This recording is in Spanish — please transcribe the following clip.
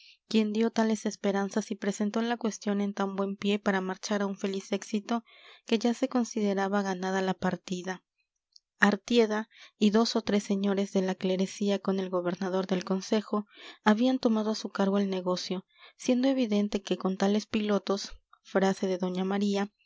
quien dio tales esperanzas y presentó la cuestión en tan buen pie para marchar a un feliz éxito que ya se consideraba ganada la partida artieda y dos o tres señores de la clerecía con el gobernador del consejo habían tomado a su cargo el negocio siendo evidente que con tales pilotos frase de doña maría el barco de la